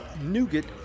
nougat